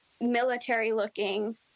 military-looking